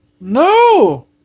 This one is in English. No